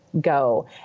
go